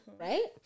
right